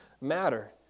matter